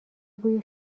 بوی